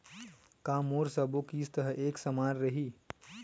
का मोर सबो किस्त ह एक समान रहि?